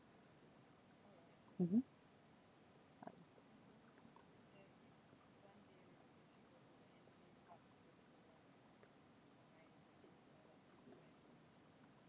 mmhmm